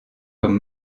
comme